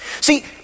See